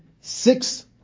six